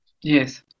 Yes